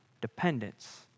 dependence